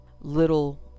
little